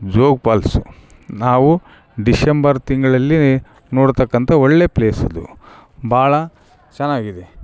Jog falls ನಾವು December ತಿಂಗಳಲ್ಲಿ ನೋಡ್ತಕ್ಕಂಥ ಒಳ್ಳೆಯ ಪ್ಲೇಸ್ ಅದು ಭಾಳ ಚೆನ್ನಾಗಿದೆ